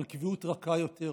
על קביעות רכה יותר,